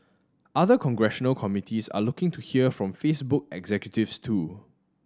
other congressional committees are looking to hear from Facebook executives too